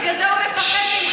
בגלל זה הוא מפחד מכם,